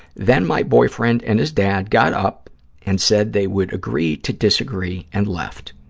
then my boyfriend and his dad got up and said they would agree to disagree and left.